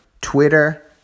Twitter